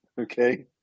okay